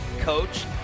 coach